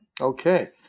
Okay